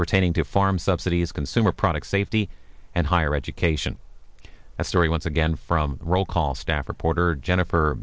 pertaining to farm subsidies consumer product safety and higher education a story once again from roll call staff reporter jennifer